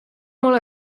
molt